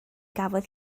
gafodd